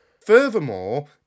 Furthermore